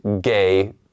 gay